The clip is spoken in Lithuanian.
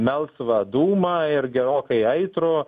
ar melsvą dūmą ir gerokai aitrų